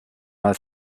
mal